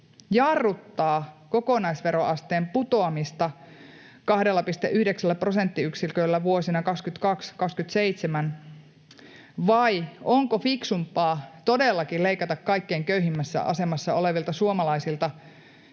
jarruttaa kokonaisveroasteen putoamista 2,9 prosenttiyksiköllä vuosina 22—27, vai onko fiksumpaa todellakin leikata kaikkein köyhimmässä asemassa olevilta suomalaisilta